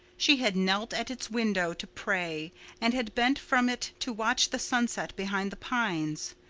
she had knelt at its window to pray and had bent from it to watch the sunset behind the pines.